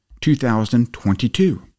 2022